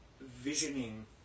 visioning